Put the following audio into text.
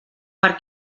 per